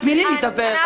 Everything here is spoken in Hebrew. תני לי לדבר.